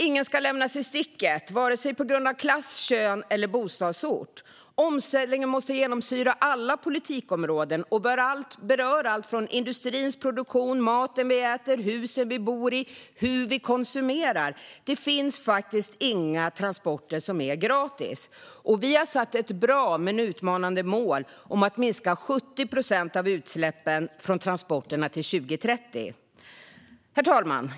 Ingen ska lämnas i sticket på grund av klass, kön eller bostadsort. Omställningen måste genomsyra alla politikområden. Den berör allt från industrins produktion och maten vi äter till husen vi bor i och hur vi konsumerar. Det finns faktiskt inga transporter som är gratis. Vi har satt ett bra men utmanande mål om att minska utsläppen från transporterna med 70 procent till 2030. Herr talman!